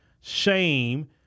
shame